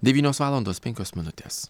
devynios valandos penkios minutės